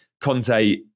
Conte